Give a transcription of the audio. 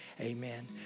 amen